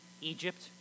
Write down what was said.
Egypt